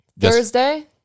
Thursday